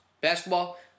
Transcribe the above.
basketball